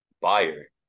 buyer